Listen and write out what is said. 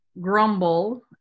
grumble